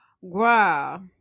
wow